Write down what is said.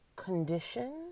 condition